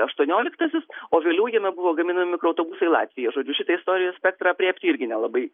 aštuonioliktasis o vėliau jame buvo gaminami mikroautobusai latvija žodžiu šitą istorijos spektrą aprėpti irgi nelabai